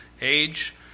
age